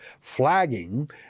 flagging